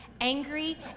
angry